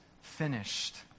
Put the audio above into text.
finished